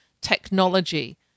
technology